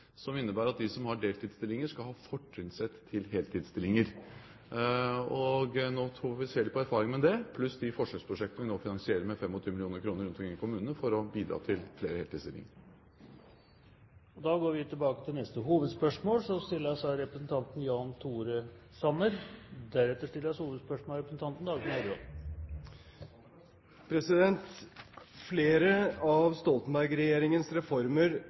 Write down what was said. som innebærer at de som har deltidsstillinger, skal ha fortrinnsrett til heltidsstillinger. Nå får vi se litt på erfaringene med det, pluss de forsøksprosjektene vi nå finansierer med 25 mill. kr rundt omkring i kommunene for å bidra til flere heltidsstillinger. Da går vi til neste hovedspørsmål. Flere av Stoltenberg-regjeringens reformer renner ut i sanden. I forrige periode så